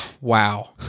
Wow